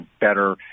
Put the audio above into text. better